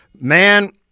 man